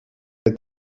had